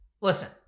listen